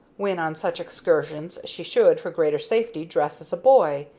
when on such excursions, she should, for greater safety, dress as a boy.